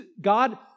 God